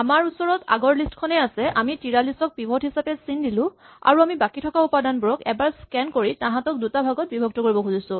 আমাৰ ওচৰত আগৰ লিষ্ট খনেই আছে আমি ৪৩ ক পিভট হিচাপে চিন দিলো আৰু আমি বাকী থকা উপাদানবোৰক এবাৰ স্কেন কৰি তাহাঁতক দুটা ভাগত বিভক্ত কৰিব খুজিছো